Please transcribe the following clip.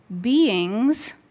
beings